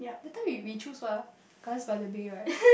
that time we we choose what ah Gardens-by-the-Bay right